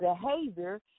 behavior